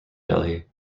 delhi